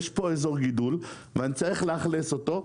יש פה אזור גידול ואני צריך לאכלס אותו,